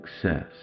success